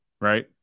right